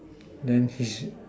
then is